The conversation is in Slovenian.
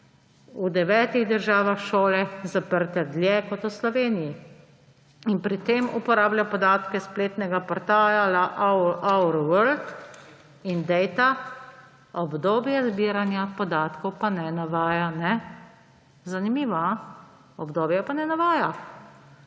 v devetih državah šole zaprte dlje kot v Sloveniji in pri tem uporablja podatke spletnega portala Our Work in Data, obdobja zbiranja podatkov pa ne navaja. Zanimivo, obdobja pa ne navaja!